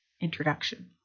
Introduction